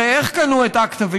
הרי איך קנו את אקטביס?